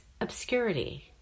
obscurity